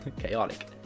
Chaotic